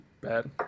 bad